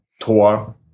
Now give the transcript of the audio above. TOR